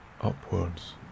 upwards